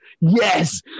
yes